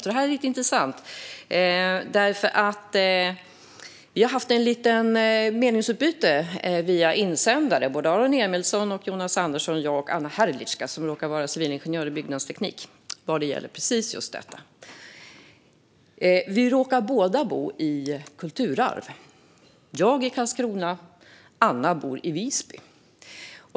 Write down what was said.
Det här är lite intressant, för Aron Emilsson, Jonas Andersson, jag och Anna Hrdlicka - som råkar vara civilingenjör i byggnadsteknik - har haft ett litet meningsutbyte via insändare när det gäller precis just detta. Jag och Anna Hrdlicka råkar båda bo i kulturarv. Jag bor i Karlskrona, och Anna bor i Visby.